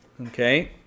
Okay